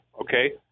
okay